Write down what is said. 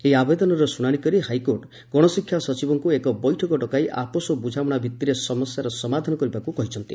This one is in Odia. ଏହି ଆବେଦନର ଶୁଶାଶି କରି ହାଇକୋର୍ଟ ଗଣଶିକ୍ଷା ସଚିବଙ୍କୁ ଏକ ବୈଠକ ଡକାଇ ଆପୋସ ବୃଝାମଣା ଭିଭିରେ ସମସ୍ୟାର ସମାଧାନ କରିବାକୁ କହିଛନ୍ତି